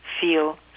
feel